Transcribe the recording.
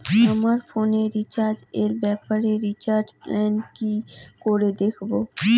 আমার ফোনে রিচার্জ এর ব্যাপারে রিচার্জ প্ল্যান কি করে দেখবো?